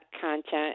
content